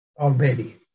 already